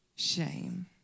Shame